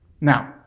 Now